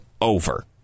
over